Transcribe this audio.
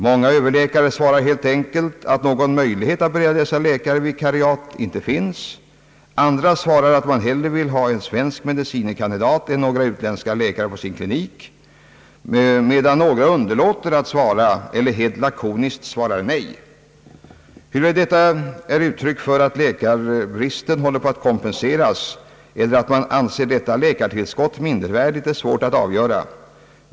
Många överläkare svarar helt enkelt, att någon möjlighet att bereda dessa läkare vikariat inte finns, andra svarar, att man hellre vill ha en svensk medicine kandidat än några utländska läkare på sin klinik, medan några underlåter att svara eller helt lakoniäiskt svarar nej. Huruvida detta är uttryck för att läkarbristen håller på att kompenseras eller att man anser detta läkartillskott mindervärdigt är svårt att avgöra.